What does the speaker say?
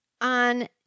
On